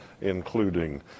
including